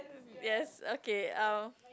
yes okay um